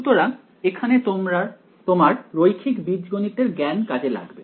সুতরাং এখানে তোমার রৈখিক বীজগণিত এর জ্ঞান কাজে লাগবে